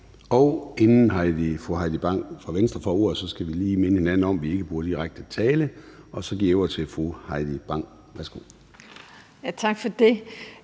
Inden fru Heidi Bank fra Venstre får ordet, skal vi lige minde hinanden om, at vi ikke bruger direkte tiltale. Så giver jeg ordet til fru Heidi Bank. Værsgo. Kl. 19:06 Heidi